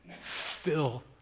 Fill